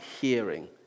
hearing